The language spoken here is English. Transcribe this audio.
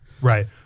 right